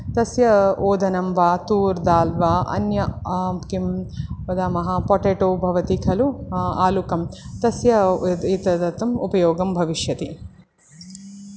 तस्य ओदनं वा तूर्दाल् वा अन्यत् किं वदामः पोटेटो भवति खलु आलुकं तस्य एतदर्थम् उपयोगं भविष्यति